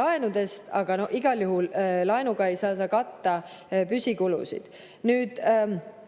laenudest, aga igal juhul ei saa laenuga katta püsikulusid. Te